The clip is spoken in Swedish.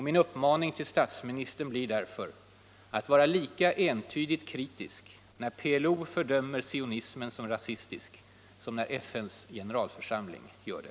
Min uppmaning till statsministern blir därför: Var lika entydigt kritisk när PLO fördömer sionismen som rasistisk som när FN:s generalförsamling gör det.